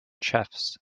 chiefs